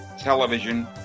television